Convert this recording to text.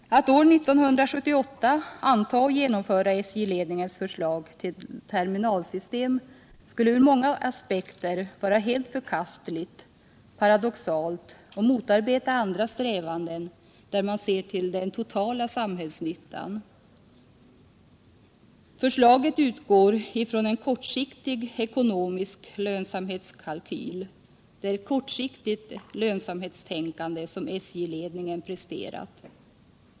Att år 1978 anta och genomföra SJ-ledningens förslag till terminalsystem skulle ur många aspekter vara helt förkastligt, paradoxalt och skulle motarbeta andra strävanden, där man ser till den totala samhällsnyttan. Förslaget utgår från en kortsiktig ekonomisk lönsamhetskalkyl. Det är ett kortsiktigt lönsamhetstänkande, som SJ-ledningen presterat.